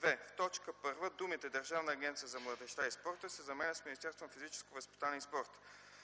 2. В т. 1 думите „Държавната агенция за младежта и спорта” се заменят с „Министерството на физическото възпитание и спорта”.